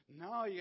No